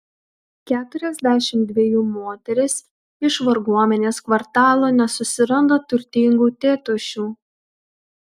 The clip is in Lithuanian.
keturiasdešimt dvejų moteris iš varguomenės kvartalo nesusiranda turtingų tėtušių